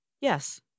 Yes